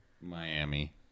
miami